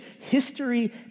history